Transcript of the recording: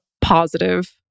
positive